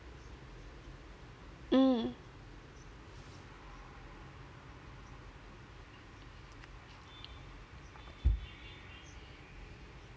mm